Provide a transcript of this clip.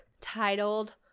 titled